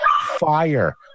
fire